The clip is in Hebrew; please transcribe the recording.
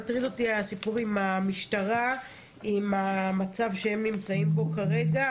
מטריד אותי הסיפור עם המשטרה עם המצב שהם נמצאים בו כרגע,